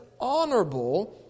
honorable